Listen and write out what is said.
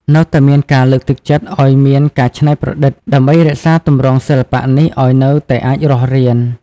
នៅតែមានការលើកទឹកចិត្តឱ្យមាន ការច្នៃប្រឌិត ដើម្បីរក្សាទម្រង់សិល្បៈនេះឱ្យនៅតែអាចរស់រាន។